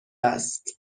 است